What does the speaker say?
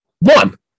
One